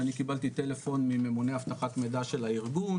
אני קיבלתי טלפון ממונה אבטחת מידע של הארגון,